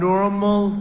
Normal